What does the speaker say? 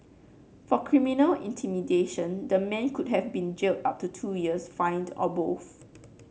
for criminal intimidation the man could have been jailed up to two years fined or both